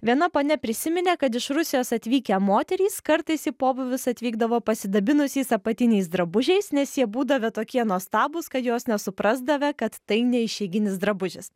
viena ponia prisiminė kad iš rusijos atvykę moterys kartais į pobūvius atvykdavo pasidabinusiais apatiniais drabužiais nes jie būdavę tokie nuostabūs kad jos nesuprasdavę kad tai ne išeiginis drabužis